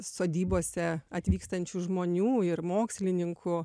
sodybose atvykstančių žmonių ir mokslininkų